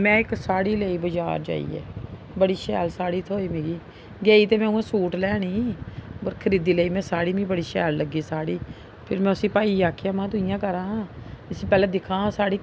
में इक साड़ी लेई बाजार जाइयै बड़ी शैल साड़ी थ्होई मिगी गेई ते में अ'आं सूट लैन ही पर खरीदी लेई में साड़ी मिगी बड़ी शैल लग्गी साड़ी फिर में उसी भाई आखेआ तू इ'यां करांऽ हा इसी पैह्लें दिक्ख आं साड़ी